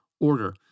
order